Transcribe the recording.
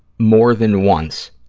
more than once.